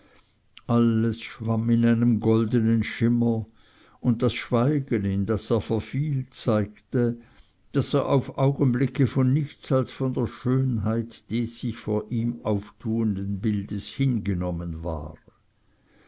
alles schwamm in einem goldenen schimmer und das schweigen in das er verfiel zeigte daß er auf augenblicke von nichts als von der schönheit des sich vor ihm auftuenden bildes hingenommen war